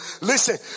listen